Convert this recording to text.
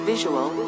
visual